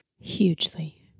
Hugely